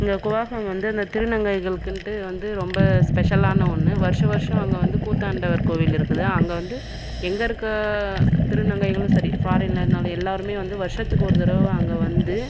இந்த கூவாகம் வந்து திருநங்கைகளுக்குன்ட்டு வந்து ரொம்ப ஸ்பெஷலான ஒன்று வருஷம் வருஷம் நாங்கள் வந்து கூத்தாண்டவர் கோவில் இருக்குது அங்கே வந்து எங்கு இருக்கிற திருநங்கைகளும் சரி ஃபாரின்னிருந்தாலும் எல்லோருமே வந்து வருஷத்துக்கு ஒரு தடவை அங்கே வந்து